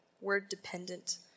word-dependent